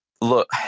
look